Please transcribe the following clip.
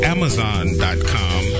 Amazon.com